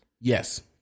Yes